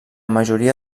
majoria